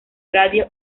radio